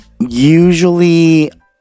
Usually